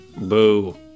Boo